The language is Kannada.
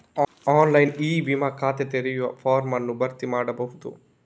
ಆನ್ಲೈನ್ ಇ ವಿಮಾ ಖಾತೆ ತೆರೆಯುವ ಫಾರ್ಮ್ ಅನ್ನು ಭರ್ತಿ ಮಾಡಬಹುದು